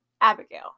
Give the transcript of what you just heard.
abigail